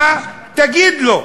מה תגיד לו?